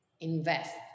invest